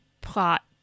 plot